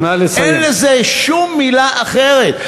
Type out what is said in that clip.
אין לזה שום מילה אחרת.